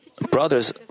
Brothers